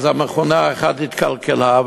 מכונה אחת התקלקלה,